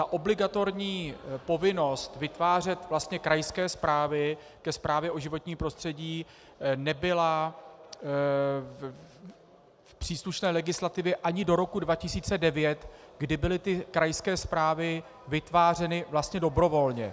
Obligatorní povinnost vytvářet vlastně krajské zprávy ke zprávě o životním prostředí nebyla v příslušné legislativě ani do roku 2009, kdy byly ty krajské zprávy vytvářeny dobrovolně.